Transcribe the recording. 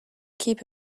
keep